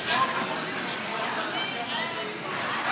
חוק לתיקון פקודת מס הכנסה (מס'